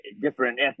different